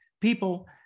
people